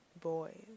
boys